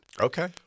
Okay